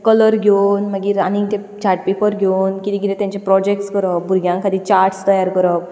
colour घेवन मागीर आनी ते चार्ट पेपर घेवन कितें कितें तांचे प्रोजेक्ट्स करप भुरग्यां खातीर चार्ट्स तयार करप